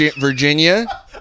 Virginia